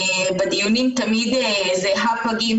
בדיונים תמיד זה 'הפגים',